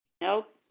Nope